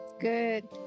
Good